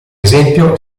esempio